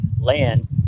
land